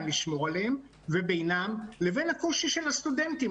לשמור עליהם ובינם לבין הקושי של הסטודנטים.